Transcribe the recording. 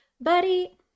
buddy